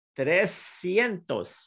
trescientos